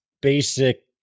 basic